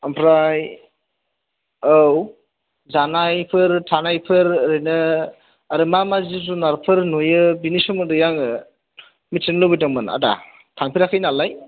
ओमफ्राय औ जानायफोर थानायफोर ओरैनो आरो मा मा जिब जुनारफोर नुयो बिनि सोमोन्दै आङो मिथिनो लुबैदोंमोन आदा थांफेराखै नालाय